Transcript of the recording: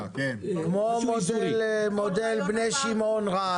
כמו מודל בני שמעון רהט.